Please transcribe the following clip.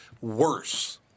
worse